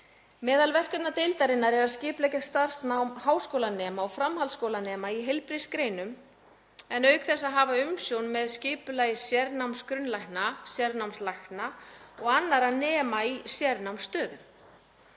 Meðal verkefna deildarinnar er að skipuleggja starfsnám háskólanema og framhaldsskólanema í heilbrigðisgreinum auk þess að hafa umsjón með skipulagi sérnámsgrunnslækna, sérnámslækna og annarra nema í sérnámsstöðum.